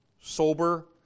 sober